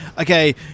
okay